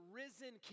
risen